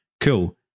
cool